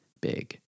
big